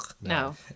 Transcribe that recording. No